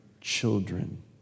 children